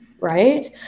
right